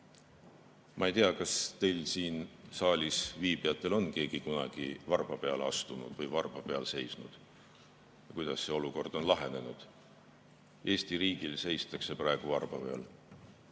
ei tea, kas teile, siin saalis viibijatele, on keegi kunagi varba peale astunud või teil varba peal seisnud. Kuidas see olukord on lahenenud? Eesti riigil seistakse praegu varba peal.